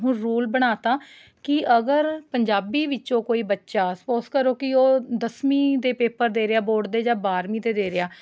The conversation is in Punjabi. ਹੁਣ ਰੂਲ ਬਣਾਤਾ ਕਿ ਅਗਰ ਪੰਜਾਬੀ ਵਿੱਚੋਂ ਕੋਈ ਬੱਚਾ ਸਪੋਸ਼ ਕਰੋ ਕਿ ਉਹ ਦਸਵੀਂ ਦੇ ਪੇਪਰ ਦੇ ਰਿਹਾ ਬੋਰਡ ਦੇ ਜਾਂ ਬਾਰਵੀਂ ਦੇ ਦੇ ਰਿਹਾ